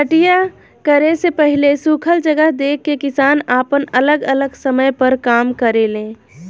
कटिया करे से पहिले सुखल जगह देख के किसान आपन अलग अलग समय पर काम करेले